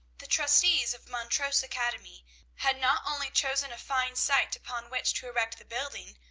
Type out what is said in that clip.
the trustees of montrose academy had not only chosen a fine site upon which to erect the building,